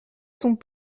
sont